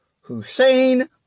Hussein